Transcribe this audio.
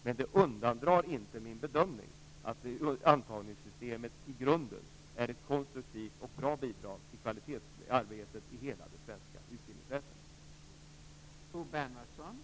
Men det undandrar inte min bedömning att antagningssystemet i grunden är ett konstruktivt och bra bidrag till kvalitetsarbetet i hela det svenska utbildningsväsendet.